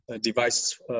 devices